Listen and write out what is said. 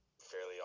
fairly